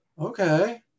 okay